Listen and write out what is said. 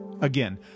Again